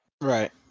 Right